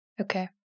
Okay